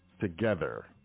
together